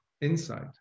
insight